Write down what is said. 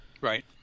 Right